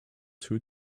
two